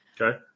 Okay